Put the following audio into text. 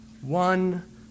One